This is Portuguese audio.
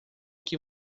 que